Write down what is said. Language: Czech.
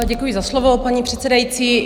Děkuji za slovo, paní předsedající.